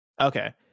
okay